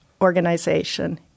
organization